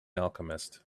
alchemist